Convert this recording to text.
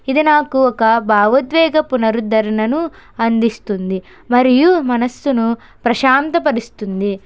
ఇది నాకొక భావోద్వేగ పునరుద్ధరణను అందిస్తుంది మరియు మనస్సును ప్రశాంత పరుస్తుంది